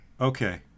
Okay